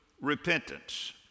repentance